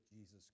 Jesus